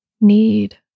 need